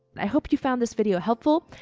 i hope you found this video helpful.